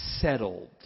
settled